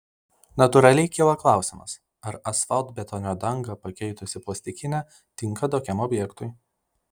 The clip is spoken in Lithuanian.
natūraliai kyla klausimas ar asfaltbetonio dangą pakeitusi plastikinė tinka tokiam objektui